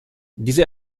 diese